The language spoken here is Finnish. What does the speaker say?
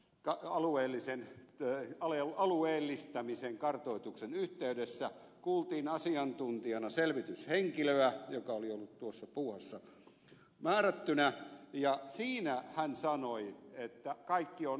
rca alueellisen tai tarkastusvaliokunnassa alueellistamisen kartoituksen yhteydessä kuultiin asiantuntijana selvityshenkilöä joka oli ollut tuossa puuhassa määrättynä ja siinä hän sanoi että kaikki on ok